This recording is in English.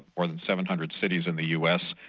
more than seven hundred cities in the us,